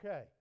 Okay